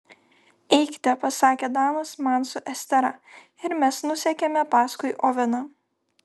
eikite pasakė danas man su estera ir mes nusekėme paskui oveną